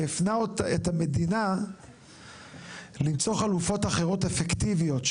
והפנה את המדינה למצוא חלופות אחרות אפקטיביות,